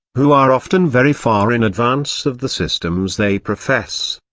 who are often very far in advance of the systems they profess.